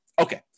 Okay